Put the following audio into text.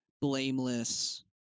blameless